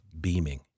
beaming